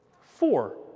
Four